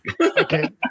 Okay